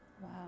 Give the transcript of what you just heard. Wow